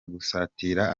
gusatirana